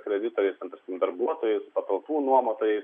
kreditoriais ten trkim darbuotojais patalpų nuomotojais